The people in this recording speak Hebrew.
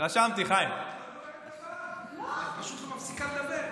את פשוט לא מפסיקה לדבר.